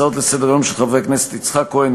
הצעות לסדר-היום של חברי הכנסת יצחק כהן,